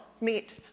meet